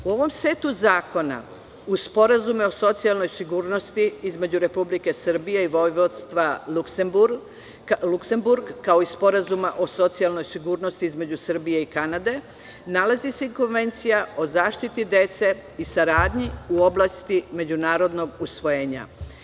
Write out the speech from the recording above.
U ovom setu zakona, u Sporazumu o socijalnoj sigurnosti između Republike Srbije i Vojvodstva Luksemburg, kao i Sporazuma o socijalnoj sigurnosti između Srbije i Kanade, nalazi se Konvencija o zaštiti dece i saradnji u oblasti međunarodnog usvojenja.